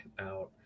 out